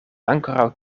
ankoraŭ